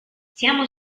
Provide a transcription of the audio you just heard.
siamo